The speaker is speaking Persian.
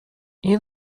این